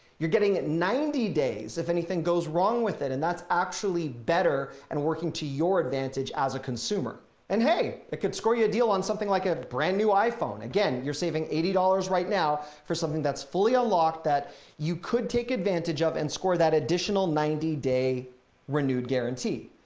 you're getting it ninety days if anything goes wrong with it. and that's actually better and working to your advantage as a consumer and hey, it could score you a deal on something like a brand new iphone again, you're saving eighty dollars right now for something that's fully unlocked that you could take advantage of and score that additional ninety day renewed guarantee.